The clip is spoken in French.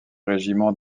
régiments